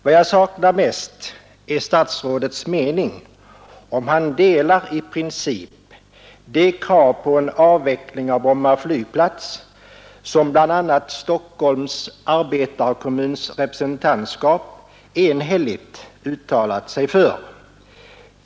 Vad jag saknar mest är statsrådets mening, om han delar i princip det krav på en avveckling av Bromma flygplats som bl.a. Stockholms arbetarekommuns representantskap enhälligt uttalat sig för.